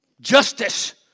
Justice